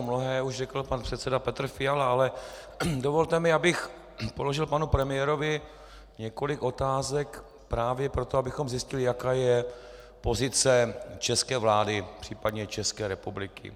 Mnohé už řekl pan předseda Petr Fiala, ale dovolte mi, abych položil panu premiérovi několik otázek právě proto, abychom zjistili, jaká je pozice české vlády, případně České republiky.